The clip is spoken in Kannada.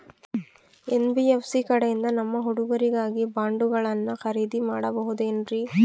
ಎನ್.ಬಿ.ಎಫ್.ಸಿ ಕಡೆಯಿಂದ ನಮ್ಮ ಹುಡುಗರಿಗಾಗಿ ಬಾಂಡುಗಳನ್ನ ಖರೇದಿ ಮಾಡಬಹುದೇನ್ರಿ?